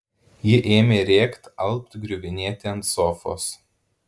ji ėmė rėkt alpt griuvinėti ant sofos